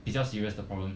比较 serious 的 problem